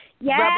Yes